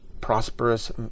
prosperous